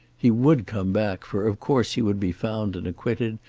he would come back, for of course he would be found and acquitted,